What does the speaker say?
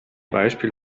beispiel